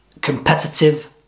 competitive